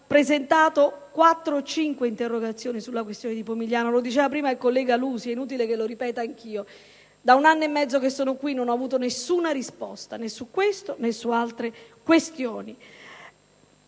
abbiamo presentato 4 o 5 interrogazioni sulla questione di Pomigliano. Lo diceva prima il collega Lusi ed è inutile che lo ripeta anch'io. È da un anno e mezzo che sono qui e non ho avuto alcuna risposta, né su questa né su altre questioni.